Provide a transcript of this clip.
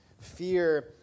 fear